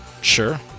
Sure